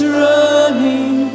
running